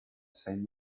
same